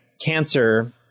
cancer